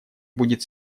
будет